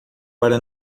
para